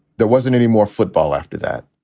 there wasn't any more football after that.